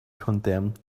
condemned